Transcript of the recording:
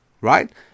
right